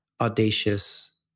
audacious